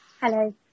Hello